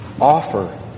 Offer